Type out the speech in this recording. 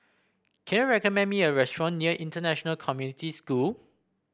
can you recommend me a restaurant near International Community School